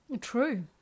True